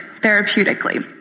therapeutically